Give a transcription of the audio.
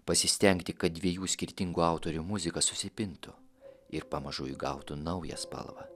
pasistengti kad dviejų skirtingų autorių muzika susipintų ir pamažu įgautų naują spalvą